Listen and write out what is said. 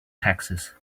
taxes